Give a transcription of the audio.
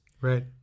Right